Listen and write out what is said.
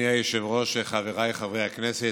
אדוני היושב-ראש, חבריי חברי הכנסת,